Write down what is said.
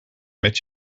met